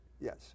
Yes